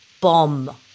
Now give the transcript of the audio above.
bomb